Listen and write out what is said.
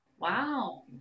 Wow